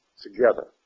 together